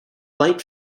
light